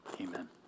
Amen